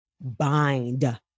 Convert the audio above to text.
bind